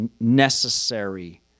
necessary